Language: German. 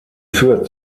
führt